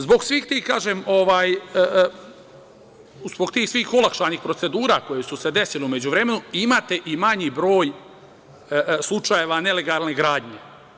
Zbog svih olakšanih procedura koje su se desile u međuvremenu, imate i manji broj slučajeva nelegalne gradnje.